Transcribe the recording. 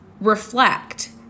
reflect